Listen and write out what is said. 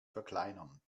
verkleinern